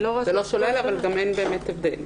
זה לא שולל אבל גם אין באמת הבדל.